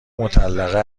مطلقه